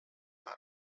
army